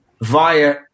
via